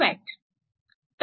2W